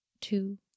two